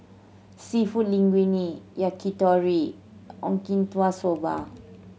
Seafood Linguine Yakitori Soba